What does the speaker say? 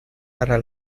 para